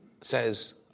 says